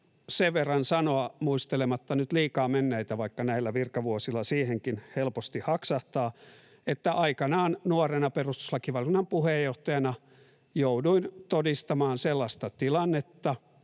sen verran sanoa muistelematta nyt liikaa menneitä — vaikka näillä virkavuosilla siihenkin helposti haksahtaa — että aikanaan nuorena perustuslakivaliokunnan puheenjohtajana jouduin todistamaan sellaista tilannetta,